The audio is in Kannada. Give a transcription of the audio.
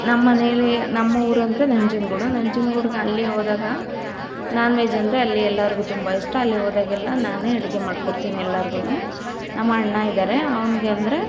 ನಮ್ಮನೇಲಿ ನಮ್ಮೂರು ಅಂದರೆ ನಂಜನಗೂಡು ನಂಜನ್ಗೂಡಿಗೆ ಅಲ್ಲಿ ಹೋದಾಗ ನಾನ್ ವೆಜ್ ಅಂದರೆ ಅಲ್ಲಿ ಎಲ್ಲರಿಗೂ ತುಂಬ ಇಷ್ಟ ಅಲ್ಲಿ ಹೋದಾಗೆಲ್ಲ ನಾನೇ ಅಡುಗೆ ಮಾಡ್ಕೊಡ್ತೀನಿ ಎಲ್ಲರಿಗೂ ನಮ್ಮಣ್ಣ ಇದ್ದಾರೆ ಅವ್ನಿಗೆ ಅಂದರೆ